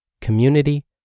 community